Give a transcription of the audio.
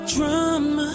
drum